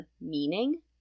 meaning